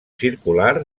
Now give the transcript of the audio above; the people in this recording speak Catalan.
circular